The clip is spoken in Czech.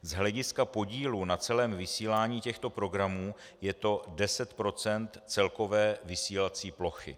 Z hlediska podílu na celém vysílání těchto programů je to 10 % celkové vysílací plochy.